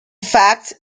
fact